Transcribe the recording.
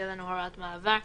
שהוסף אני לא ראיתי אותו כאן,